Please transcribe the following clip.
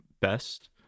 best